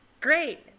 Great